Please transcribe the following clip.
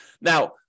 Now